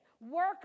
Work